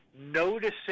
noticing